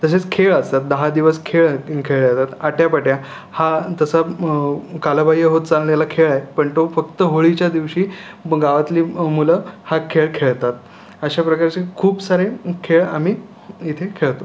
तसेच खेळ असतात दहा दिवस खेळ खेळले जातात आट्या पाट्या हा तसा कालबाह्य होत चाललेला खेळ आहे आहे पण तो फक्त होळीच्या दिवशी म गावातली म मुलं हा खेळ खेळतात अशा प्रकारचे खूप सारे खेळ आम्ही इथे खेळतो